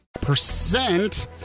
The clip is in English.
Percent